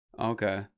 Okay